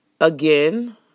again